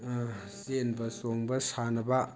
ꯆꯦꯟꯕ ꯆꯣꯡꯕ ꯁꯥꯟꯅꯕ